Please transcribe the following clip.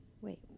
Wait